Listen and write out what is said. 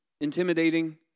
intimidating